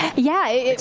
yeah.